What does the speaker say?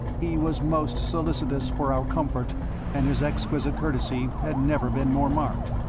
he was most solicitous for our comfort and his exquisite courtesy had never been more marked.